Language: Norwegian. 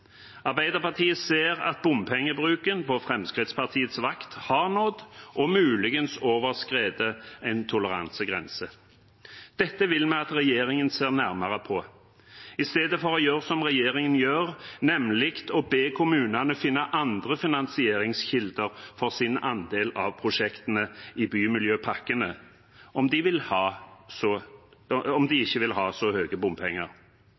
Arbeiderpartiet ser at bompengebruken på Fremskrittspartiets vakt har nådd, og muligens overskredet, en toleransegrense. Dette vil vi at regjeringen ser nærmere på, istedenfor å gjøre som regjeringen gjør, nemlig å be kommunene finne andre finansieringskilder for sine andeler av prosjektene i bymiljøpakkene om de ikke vil ha så